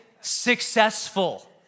successful